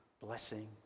blessing